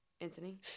Anthony